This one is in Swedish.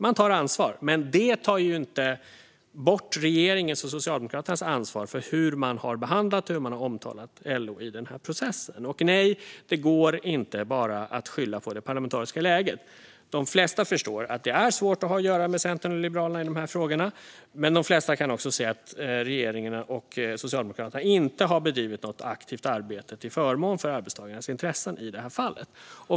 Man tar ansvar, men detta tar ju inte bort regeringens och Socialdemokraternas ansvar för hur de har behandlat och omtalat LO i den här processen. Nej, det går inte att bara skylla på det parlamentariska läget. De flesta förstår att det är svårt att ha att göra med Centern och Liberalerna i dessa frågor, men de flesta kan också se att regeringen och Socialdemokraterna inte har bedrivit något aktivt arbete till förmån för arbetstagarnas intressen i det här fallet.